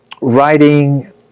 writing